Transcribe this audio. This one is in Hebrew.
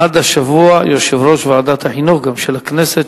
עד השבוע יושב-ראש ועדת החינוך של הכנסת,